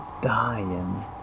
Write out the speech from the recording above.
dying